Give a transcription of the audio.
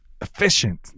efficient